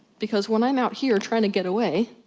because when i'm out here trying to get away,